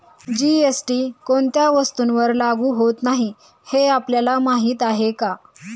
GST कोणत्या वस्तूंवर लागू होत नाही हे आपल्याला माहीत आहे का?